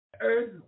earth